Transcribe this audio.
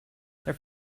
their